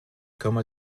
komme